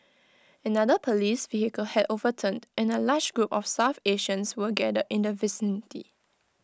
another Police vehicle had overturned and A large group of south Asians were gathered in the vicinity